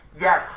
Yes